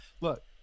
Look